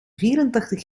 vierentachtig